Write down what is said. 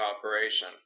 operation